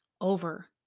over